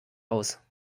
aus